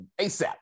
ASAP